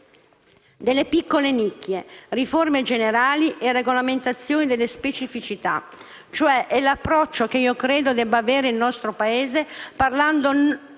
di piccola nicchia. Riforme generali e regolamentazioni delle specificità: è l'approccio che credo debba avere il nostro Paese parlando